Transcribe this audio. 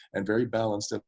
and very balanced, ah